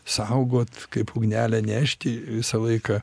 saugot kaip ugnelę nešti visą laiką